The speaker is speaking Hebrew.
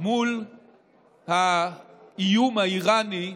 מול האיום האיראני,